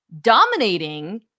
dominating